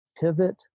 pivot